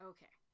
Okay